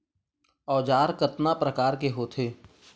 औजार कतना प्रकार के होथे?